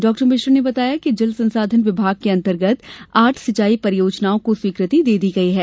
doctor Mishra ने बताया कि जल संसाधन विभाग के अंतर्गत आठ सिंचाई परियोजनाओं को स्वीकृति दे दी गई है